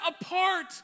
apart